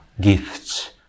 gifts